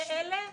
זה אלה?